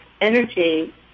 energy